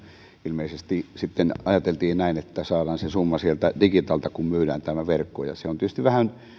ilmeisesti sitten ajateltiin näin että saadaan se summa digitalta kun myydään verkko se on tietysti vähän